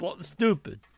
stupid